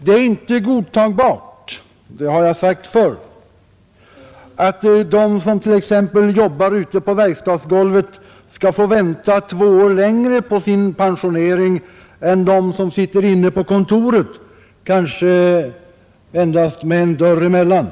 Det är inte godtagbart — det har jag sagt förr — att de som t.ex. jobbar ute på verkstadsgolvet skall få vänta två år längre på sin Nr 44 pensionering än de som sitter inne på kontoret kanske med endast en dörr emellan. / KY .